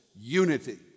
unity